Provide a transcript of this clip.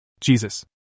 Jesus